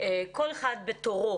כל אחד בתורו